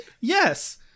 yes